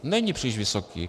Není příliš vysoký.